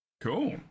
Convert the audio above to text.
Cool